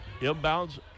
Inbounds